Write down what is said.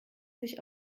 sich